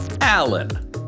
Alan